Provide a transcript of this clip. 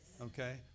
Okay